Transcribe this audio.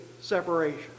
separation